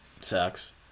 sucks